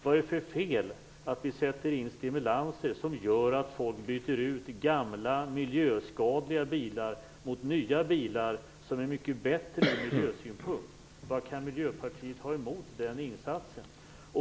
Vad är det för fel i att vi sätter in stimulanser som gör att folk byter ut gamla miljöskadliga bilar mot nya bilar, som är mycket bättre ur miljösynpunkt? Vad kan Miljöpartiet ha emot den insatsen?